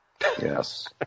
Yes